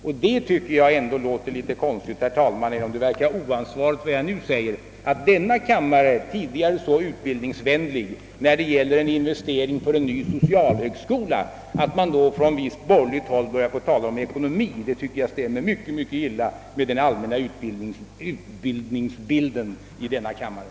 Jag tycker ändå att det är litet konstigt — jag är medveten om att det jag nu säger verkar oansvarigt — att man i denna tidigare så utbildningsvänliga kammare från visst borgerligt håll börjar tala om ekonomi när det gäller en investering för en ny socialhögskola — det tycker jag rimmar mycket illa med den allmänna inställningen till utbildningen i denna kammare.